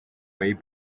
way